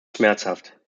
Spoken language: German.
schmerzhaft